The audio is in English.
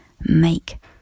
make